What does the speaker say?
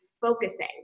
focusing